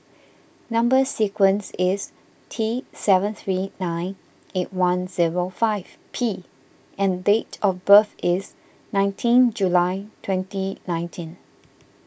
Number Sequence is T seven three nine eight one zero five P and date of birth is nineteen July twenty nineteen